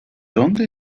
dónde